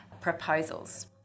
proposals